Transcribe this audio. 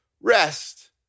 rest